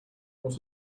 what